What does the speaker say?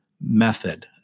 method